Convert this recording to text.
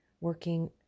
working